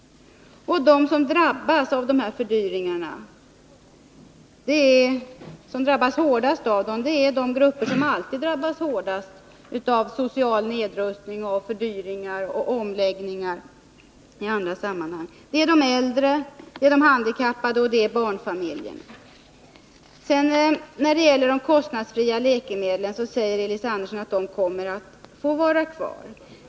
Och de som drabbas hårdast av de här fördyringarna är de grupper som alltid drabbas hårdast av social nedrustning, fördyringar och omläggningar i andra sammanhang: de äldre, de handikappade och barnfamiljer. När det gäller de kostnadsfria läkemedlen säger Elis Andersson att de kommer att få vara kvar.